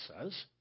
says